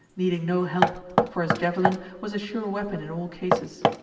needing no help, for his javelin was a sure weapon in all cases.